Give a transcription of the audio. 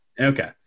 Okay